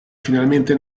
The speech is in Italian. finalmente